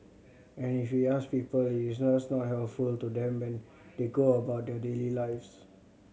and if we ask people it is just not helpful to them when they go about their daily lives